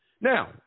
Now